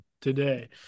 today